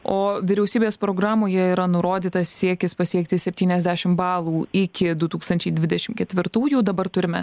o vyriausybės programoje yra nurodytas siekis pasiekti septyniasdešim balų iki du tūkstančiai dvidešim ketvirtųjų dabar turime